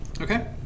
Okay